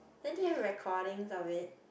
then do you have recording of it